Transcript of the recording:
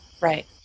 right